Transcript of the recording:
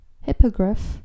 Hippogriff